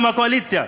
גם הקואליציה,